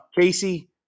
Casey